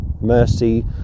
mercy